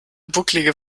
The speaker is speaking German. bucklige